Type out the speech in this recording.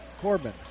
Corbin